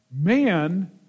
Man